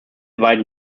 beiden